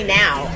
now